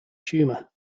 tumor